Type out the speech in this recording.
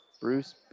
Bruce